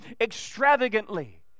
extravagantly